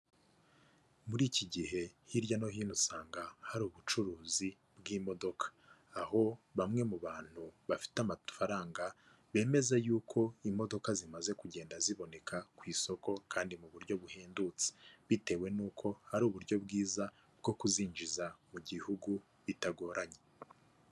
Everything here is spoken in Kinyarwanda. Muri iki gihe hirya no hino usanga hari ubucuruzi bw'imodoka aho bamwe mu bantu bafite amafaranga bemeza y'uko imodoka zimaze kugenda ziboneka ku isoko kandi mu buryo buhendutse, bitewe n'uko hari uburyo bwiza bwo kuzinjiza mu gihugu bitagoranye.